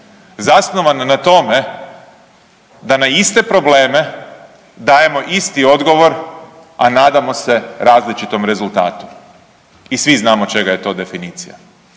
zasnovan na tome da na iste probleme dajemo isti odgovor, a nadamo se različitom rezultatu i svi znamo čega je to definicija.